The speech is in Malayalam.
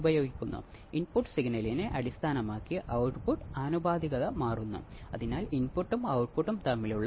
നൂറ്റി എൺപത് ഡിഗ്രി ഇൻവെർട്ടിങ് മോഡിൽ ഉള്ള ഓപ്ആംപ് തരും